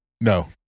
No